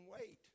wait